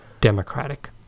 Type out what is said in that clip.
democratic